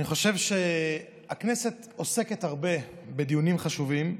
אני חושב שהכנסת עוסקת הרבה בדיונים חשובים.